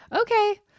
okay